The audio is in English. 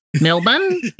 Melbourne